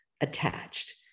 attached